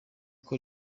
uko